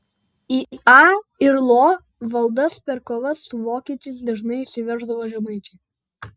į a ir lo valdas per kovas su vokiečiais dažnai įsiverždavo žemaičiai